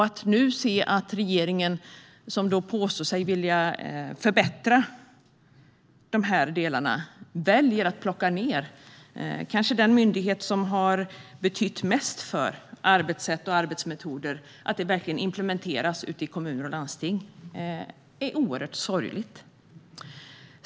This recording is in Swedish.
Att nu se att regeringen, som påstår sig vilja förbättra de här delarna, väljer att plocka ned den myndighet som kanske har betytt mest för att arbetssätt och arbetsmetoder verkligen implementeras ute i kommuner och landsting är oerhört sorgligt.